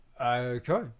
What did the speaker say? Okay